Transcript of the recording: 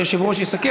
והיושב-ראש יסכם.